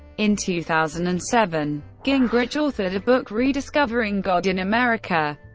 in two thousand and seven, gingrich authored a book, rediscovering god in america,